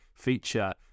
feature